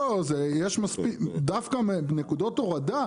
דווקא נקודות הורדה,